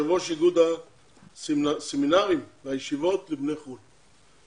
יושב-ראש איגוד הסמינרים והישיבות לבני חו"ל.